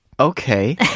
Okay